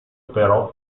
però